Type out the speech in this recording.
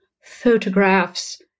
photographs